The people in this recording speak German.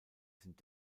sind